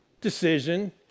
decision